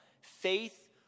Faith